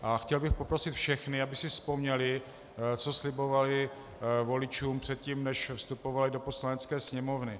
A chtěl bych poprosit všechny, aby si vzpomněli, co slibovali voličům předtím, než vstupovali do Poslanecké sněmovny.